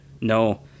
no